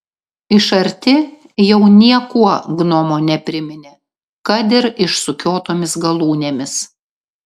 iš arti jau niekuo gnomo nepriminė kad ir išsukiotomis galūnėmis